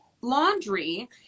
laundry